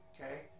Okay